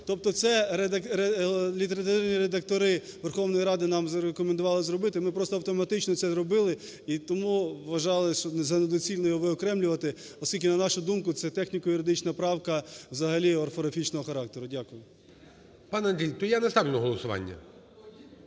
Тобто це літредактори Верховної Ради нам рекомендували зробити, ми просто автоматично це зробили, і тому вважали за недоцільне його виокремлювати, оскільки, на нашу думку, це техніко-юридична правка взагалі орфографічного характеру. Дякую. ГОЛОВУЮЧИЙ. Пане Андрій, то я не ставлю на голосування.